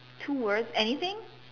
two words anything